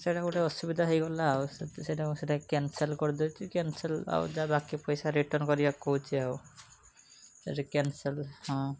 ସେଇଟା ଗୋଟେ ଅସୁବିଧା ହୋଇଗଲା ଆଉ ସେଇଟା ସେଇଟା କ୍ୟାନସେଲ୍ କରିଦେଇଛି କ୍ୟାନସେଲ୍ ଆଉ ଯାହା ବାକି ପଇସା ରିଟର୍ନ କରିବାକୁ କହୁଛି ଆଉ ଯଦି କ୍ୟାନସେଲ୍ ହଁ